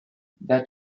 that